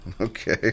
Okay